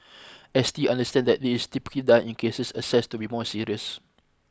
S T understand that this typically done in cases assessed to be more serious